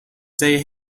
they